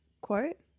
quote